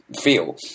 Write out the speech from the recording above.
feel